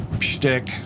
shtick